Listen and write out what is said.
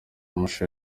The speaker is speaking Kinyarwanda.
amashusho